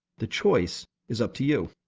the choice is up to you.